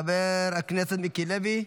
חבר הכנסת מיקי לוי,